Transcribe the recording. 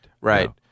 Right